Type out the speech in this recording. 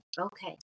Okay